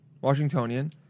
Washingtonian